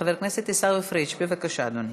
חבר הכנסת עיסאווי פריג', בבקשה, אדוני.